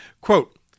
Quote